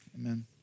Amen